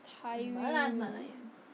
malas nak layan